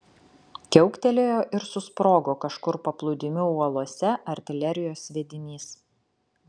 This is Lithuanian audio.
kiauktelėjo ir susprogo kažkur paplūdimių uolose artilerijos sviedinys